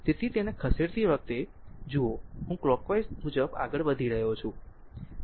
તેથી તેને ખસેડતી વખતે જુઓ હું કલોકવાઈઝ મુજબ આગળ વધી રહ્યો છું